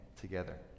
together